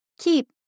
keep